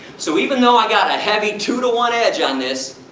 so even though i got a heavy two to one edge on this,